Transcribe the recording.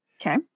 Okay